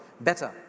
better